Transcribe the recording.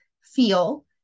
feel